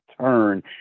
turn